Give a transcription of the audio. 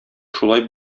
шулай